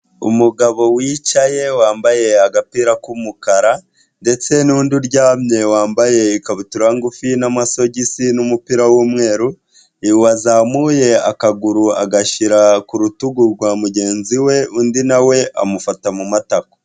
Umugabo wicaye wambaye agapira k'umukara ndetse n'undi uryamye wambaye ikabutura ngufi n'amasogisi n'umupira w'umweru, wazamuye akaguru agashyira ku rutugu rwa mugenzi we undi na we amufata mu matako.